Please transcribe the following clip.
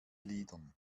liedern